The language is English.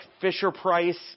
Fisher-Price